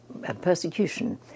persecution